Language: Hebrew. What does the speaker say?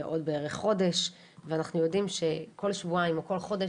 עוד בערך חודש ואנחנו יודעים שכל שבועיים או כל חודש